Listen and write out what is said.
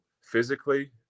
physically